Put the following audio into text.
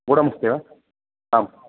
गुडमस्ति वा आम्